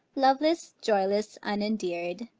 loveless, joyless, unendear'd,